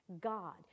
God